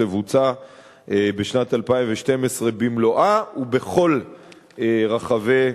תבוצע בשנת 2012 במלואה ובכל רחבי